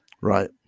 right